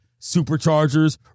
Superchargers